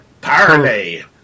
Parley